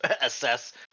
assess